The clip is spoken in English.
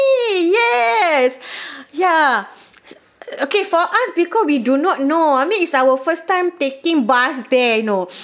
yes ya okay for us because we do not know I mean it's our first time taking bus there you know